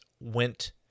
went